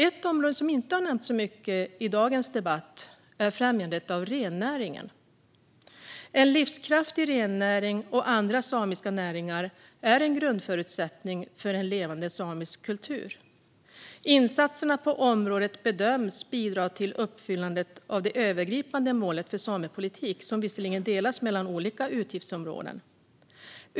Ett område som inte har nämnts så mycket i dagens debatt är främjandet av rennäringen. En livskraftig rennäring och andra samiska näringar är en grundförutsättning för en levande samisk kultur. Insatserna på området bedöms bidra till uppfyllandet av det övergripande målet för samepolitiken, som visserligen delas mellan olika utgiftsområden.